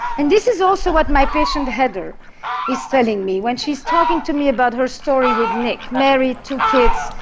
and this is also what my patient heather is telling me, when she's talking to me about her story with nick. married, two kids.